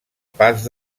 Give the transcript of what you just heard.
pas